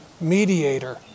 mediator